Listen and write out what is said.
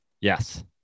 yes